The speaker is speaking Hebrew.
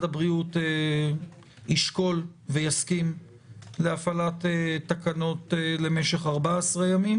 הבריאות ישקול ויסכים להפעלת תקנות למשך 14 ימים,